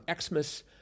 Xmas